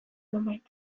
nonbait